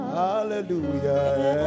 Hallelujah